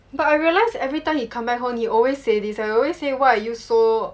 but I realized everytime he come back home he always say this he will always say why you so